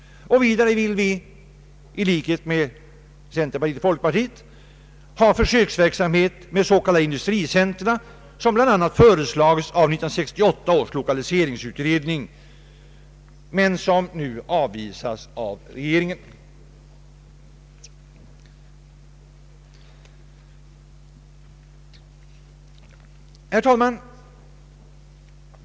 Vidare vill vi i likhet med centerpartiet och folkpartiet ha försöksverksamhet med s.k. industricentra som föreslagits av bl.a. 1968 års lokaliseringsutredning men som nu avvisas av regeringen. Herr talman!